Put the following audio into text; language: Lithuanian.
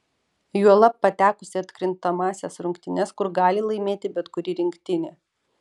juolab patekus į atkrintamąsias rungtynes kur gali laimėti bet kuri rinktinė